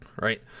right